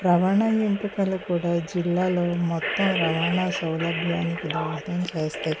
రవాణా ఎంపికలు కూడా జిల్లాలో మొత్తం రవాణా సౌలభ్యానికి దోహదం చేస్తాయి